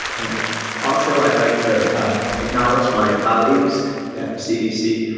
and also, i'd like to acknowledge my colleagues at the cdc,